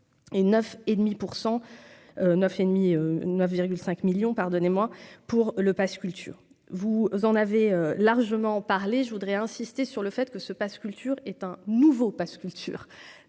pardonnez-moi pour le Pass culture, vous vous en avez largement parlé, je voudrais insister sur le fait que ce Pass culture est un nouveau Pass culture